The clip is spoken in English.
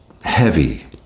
heavy